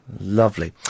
Lovely